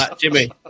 Jimmy